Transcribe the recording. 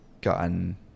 gotten